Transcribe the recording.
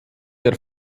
der